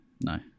No